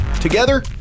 Together